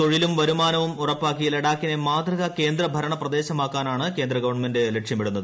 തൊഴിലും വരുമാനവും ഉറപ്പാക്കി ലഡാക്കിനെ മാതൃകാ കേന്ദ്രഭരണ പ്രദേശമാക്കാനാണ് കേന്ദ്ര ഗവൺമെന്റ് ലക്ഷ്യമിടുന്നത്